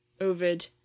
Ovid